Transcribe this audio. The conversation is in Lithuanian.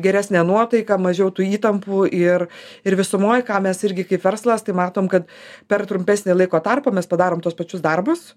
geresnė nuotaika mažiau tų įtampų ir ir visumoj ką mes irgi kaip verslas tai matom kad per trumpesnį laiko tarpą mes padarom tuos pačius darbus